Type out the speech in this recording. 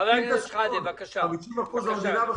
חבר הכנסת שחאדה, בבקשה.